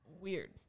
weird